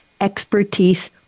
expertise